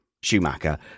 Schumacher